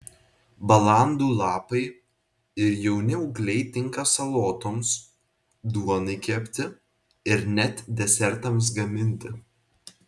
balandų lapai ir jauni ūgliai tinka salotoms duonai kepti ir net desertams gaminti